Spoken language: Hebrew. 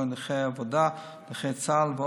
כגון נכי עבודה ונכי צה"ל,